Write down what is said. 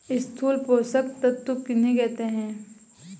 स्थूल पोषक तत्व किन्हें कहते हैं?